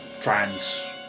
trans